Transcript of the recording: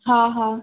हा हा